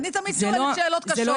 אני תמיד שואלת שאלות קשות.